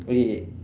okay K